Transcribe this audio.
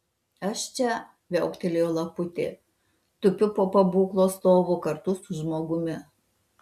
aš čia viauktelėjo laputė tupiu po pabūklo stovu kartu su žmogumi